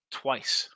twice